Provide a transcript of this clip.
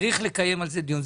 צריך לקיים על זה דיון.